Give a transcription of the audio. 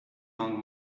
long